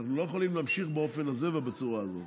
אנחנו לא יכולים להמשיך באופן הזה ובצורה הזאת.